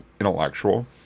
intellectual